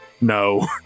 No